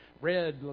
red